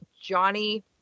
Johnny